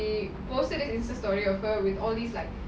posted an insta sorty of her with all these like